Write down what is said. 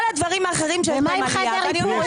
וכל הדברים האחרים ש --- ומה עם חדר איפור?